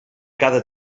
cada